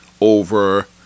over